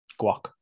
guac